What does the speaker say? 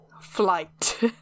flight